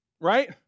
right